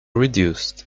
reduced